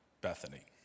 Bethany